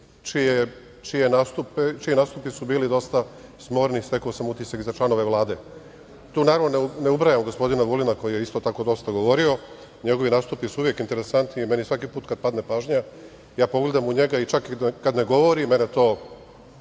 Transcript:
čiji nastupi su bili dosta smorni, stekao sam utisak, i za članove Vlade. Naravno, tu ne ubrajam gospodina Vulina, koji je isto tako dosta govorio, njegovi nastupi su uvek interesantni i meni svaki put kad padne pažnja ja pogledam u njega i čak i kad ne govori, mene to